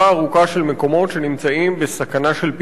של מקומות שנמצאים בסכנה של פיטורים,